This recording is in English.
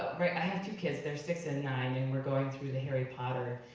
i have two kids, they're six and nine, and we're going through the harry potter,